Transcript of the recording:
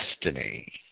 destiny